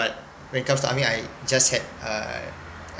but when comes to army I just had uh